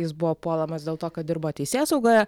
jis buvo puolamas dėl to kad dirbo teisėsaugoje